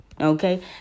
okay